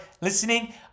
listening